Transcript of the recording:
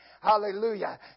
Hallelujah